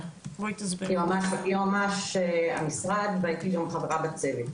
אני יועמ"ש המשרד והייתי גם חברה בצוות.